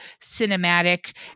cinematic